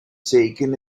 taken